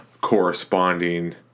corresponding